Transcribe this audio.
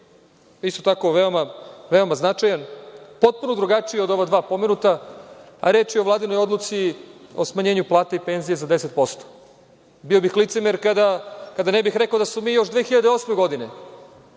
isto tako veoma značajan, potpuno drugačiji od ova dva pomenuta, a reč je o Vladinoj odluci o smanjenju plata i penzija za 10%. Bio bih licemer kada ne bih rekao da smo mi još 2008. godine,